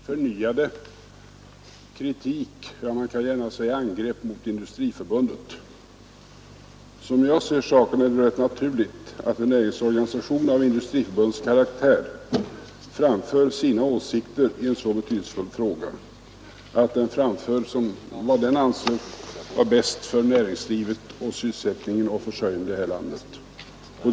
Herr talman! Jag kan inte underlåta att reagera mot handelsministerns förnyade kritik — man kan gärna säga angrepp — mot Industriförbundet. Som jag ser saken är det rätt naturligt att en näringsorganisation av Industriförbundets karaktär framför sina åsikter i en så betydelsefull fråga och uttalar vad den anser vara bäst för näringslivet, sysselsättningen och försörjningen i detta land.